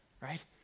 right